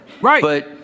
Right